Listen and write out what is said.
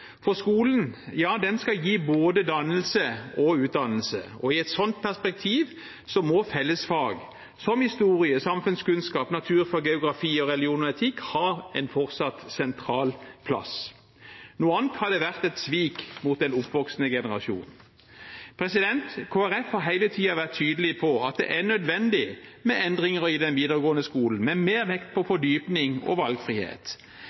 for skolen skal gi både dannelse og utdannelse. I et sånt perspektiv må fellesfag som historie, samfunnskunnskap, naturfag, geografi og religion og etikk fortsatt ha en sentral plass. Noe annet hadde vært et svik mot den oppvoksende generasjon. Kristelig Folkeparti har hele tiden vært tydelig på at det er nødvendig med endringer i den videregående skolen, med mer vekt på fordypning og valgfrihet.